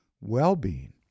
Well-being